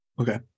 Okay